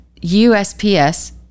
USPS